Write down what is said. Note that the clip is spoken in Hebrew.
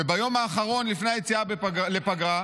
וביום האחרון לפני היציאה לפגרה,